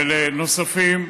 ולנוספים,